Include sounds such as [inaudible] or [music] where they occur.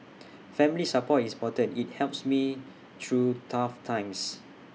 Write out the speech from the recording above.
[noise] family support is important IT helps me through tough times